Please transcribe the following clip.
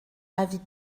avis